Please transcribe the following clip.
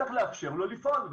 צריך לאפשר לו לפעול.